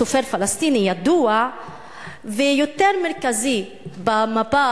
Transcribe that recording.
סופר פלסטיני ידוע ויותר מרכזי במפה